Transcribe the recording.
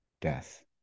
death